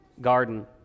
garden